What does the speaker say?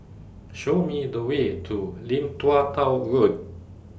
Show Me The Way to Lim Tua Tow Road